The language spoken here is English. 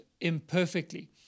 imperfectly